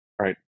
right